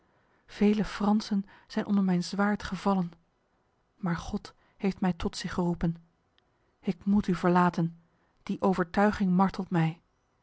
vele fransen zijn onder mijn zwaard gevallen maar god heeft mij tot zich geroepen ik moet u verlaten die overtuiging martelt mij